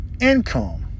income